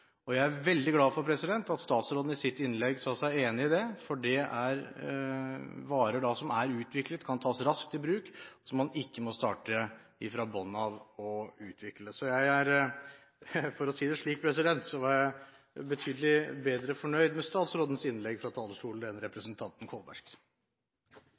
Jeg er veldig glad for at statsråden i sitt innlegg sa seg enig i det. Det er varer som er utviklet og kan tas raskt i bruk, og som man ikke må utvikle fra bunnen av. For å si det slik: Jeg er betydelig bedre fornøyd med statsrådens innlegg fra talerstolen enn